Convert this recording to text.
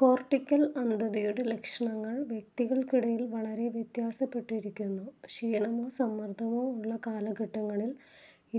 cortical അന്ധതയുടെ ലക്ഷണങ്ങൾ വ്യക്തികൾക്കിടയിൽ വളരെ വ്യത്യാസപ്പെട്ടിരിക്കുന്നു ക്ഷീണമോ സമ്മർദ്ദമോ ഉള്ള കാലഘട്ടങ്ങളിൽ